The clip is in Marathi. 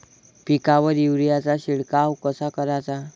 पिकावर युरीया चा शिडकाव कसा कराचा?